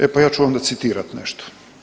E pa ja ću onda citirati nešto.